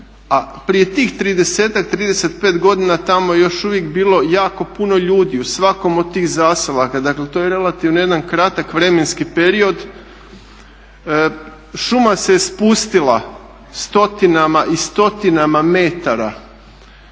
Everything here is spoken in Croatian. prije tih 30, 35 godina tamo je još uvijek bilo jako puno ljudi u svakom od tih zaselaka, dakle to je relativno jedan kratak vremenski period. Šuma se spustila i stotinama i stotinama metara,